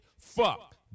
fuck